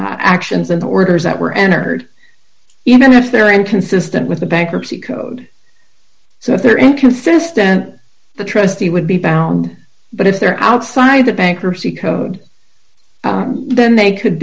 of actions and orders that were entered even if they're inconsistent with the bankruptcy code so if they're inconsistent the trustee would be bound but if they're outside the bankruptcy code then they could